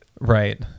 Right